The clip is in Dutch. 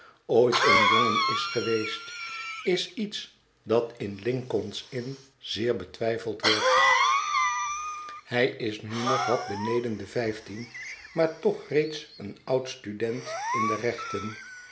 ooit een jongen is geweest is iets dat in lincoln s inn zeer betwijfeld wordt hij is nu nog wat beneden de vijftien maar toch reeds een oud student in de rechten